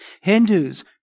Hindus